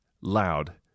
loud